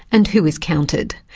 and who is counted,